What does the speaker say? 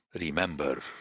remember